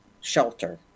shelter